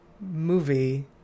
movie